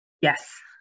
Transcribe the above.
Yes